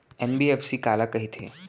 NBFC काला कहिथे?